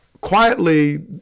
quietly